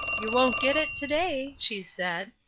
you won't get it to-day, she said,